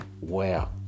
wow